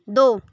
दो